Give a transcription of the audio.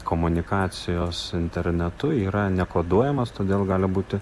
komunikacijos internetu yra nekoduojamos todėl gali būti